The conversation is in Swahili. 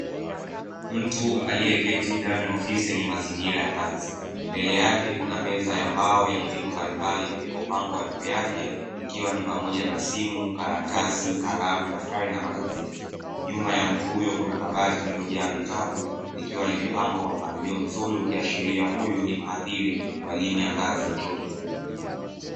Mtu aliyeketi ndani ya ofisi yenye mazingira ya kazi. Mbele yake kuna meza ya mbao yenye vitu mbalimbali vilivyopangwa juu yake, ikiwa ni pamoja na: simu, karatasi, kalamu, daftari na magazeti. Nyuma ya mtu huyo kuna kabati lililojaa vitabu, likiwa limepangwa kwa mpangilio mzuri, ikiashiria huyu ni mahadhiri wa elimu ya ngazi ya chuo kikuu.